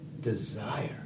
desire